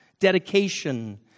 dedication